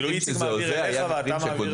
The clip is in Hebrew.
איציק, אני מעביר אליך ואתה מעביר?